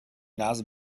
nase